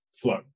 flow